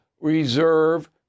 reserve